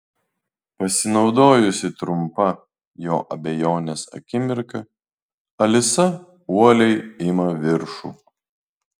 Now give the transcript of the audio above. pasinaudojusi trumpa jo abejonės akimirka alisa uoliai ima viršų